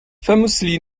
famously